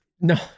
No